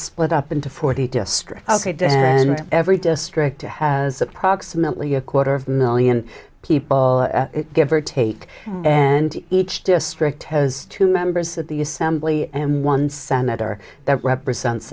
split up into forty district and every district has approximately a quarter of million people give or take and each district has two members of the assembly and one senator that represents